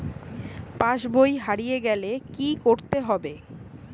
পাশবই হারিয়ে গেলে কি করতে হবে?